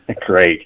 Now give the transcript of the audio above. Great